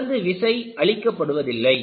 தொடர்ந்து விசை அளிக்கப்படுவதில்லை